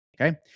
Okay